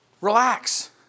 relax